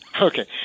Okay